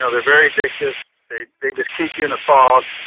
ah they're very addictive. they, they just keep you in a fog.